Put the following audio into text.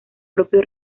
propio